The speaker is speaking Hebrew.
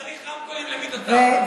הוא צריך רמקולים למידותיו.